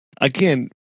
again